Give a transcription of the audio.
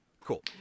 Cool